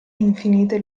infinite